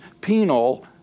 penal